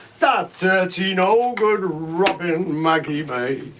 that tino ah would robin maggie mae